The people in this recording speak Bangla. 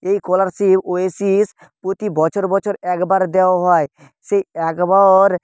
এই স্কলারশিপ ওয়েসিস প্রতি বছর বছর একবার দেওয়া হয় সেই একবার